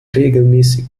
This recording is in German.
regelmäßig